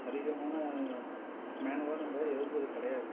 அதிகமான மேனுவலாக நம்ம எழுதுகிறது கிடையாது